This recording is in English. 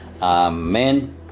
Amen